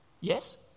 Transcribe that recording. Yes